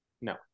No